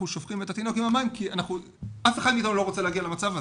שופכים את התינוק עם המים כי אף אחד לא רוצה להגיע למצב הזה.